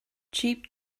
cheap